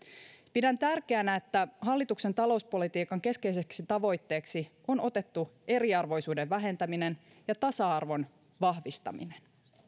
pidän tärkeänä että hallituksen talouspolitiikan keskeiseksi tavoitteeksi on otettu eriarvoisuuden vähentäminen ja tasa arvon vahvistaminen